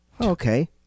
Okay